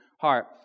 heart